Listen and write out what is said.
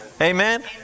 Amen